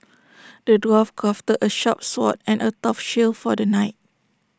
the dwarf crafted A sharp sword and A tough shield for the knight